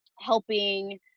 helping